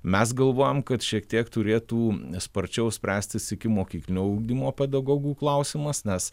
mes galvojom kad šiek tiek turėtų sparčiau spręstis ikimokyklinio ugdymo pedagogų klausimas nes